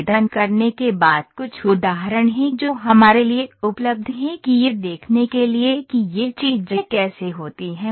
आवेदन करने के बाद कुछ उदाहरण हैं जो हमारे लिए उपलब्ध हैं कि यह देखने के लिए कि ये चीजें कैसे होती हैं